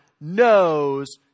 knows